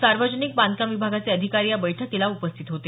सार्वजनिक बांधकाम विभागाचे अधिकारी या बैठकीला उपस्थित होते